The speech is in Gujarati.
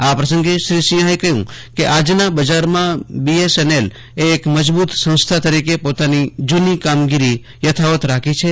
આ પ્રસંગે શ્રી સિંહાએ કહ્યું કે આજના બજારમાં બીએસએનએલ એ એક મજબૂત સંસ્થા તરીકે પોતાની જૂની કામગીરી યથાવત રાખી છે